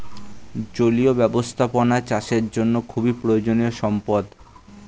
জলীয় ব্যবস্থাপনা চাষবাসের জন্য খুবই প্রয়োজনীয় সম্পদ